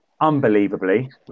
unbelievably